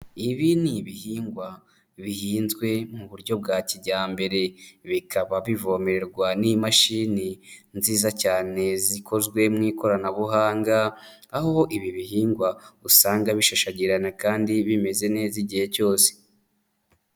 Ibi ni ibihingwa bihinzwe mu buryo bwa kijyambere, bikaba bivomererwa n'imashini nziza cyane zikozwe mu ikoranabuhanga, aho ibi bihingwa usanga bishashagirana kandi bimeze neza igihe cyose.